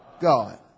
God